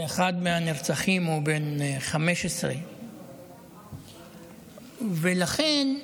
ואחד מהנרצחים הוא בן 15. ולכן,